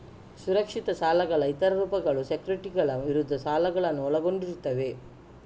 ಸುರಕ್ಷಿತ ಸಾಲಗಳ ಇತರ ರೂಪಗಳು ಸೆಕ್ಯುರಿಟಿಗಳ ವಿರುದ್ಧ ಸಾಲಗಳನ್ನು ಒಳಗೊಂಡಿರುತ್ತವೆ